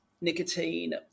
nicotine